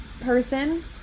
person